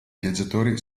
viaggiatori